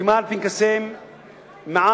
חתימה על פנקסי מע"מ,